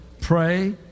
pray